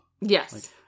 Yes